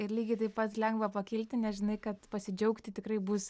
ir lygiai taip pat lengva pakilti nes žinai kad pasidžiaugti tikrai bus